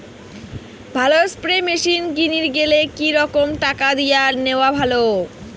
ভালো spray machine কিনির গেলে কি রকম টাকা দিয়া নেওয়া ভালো?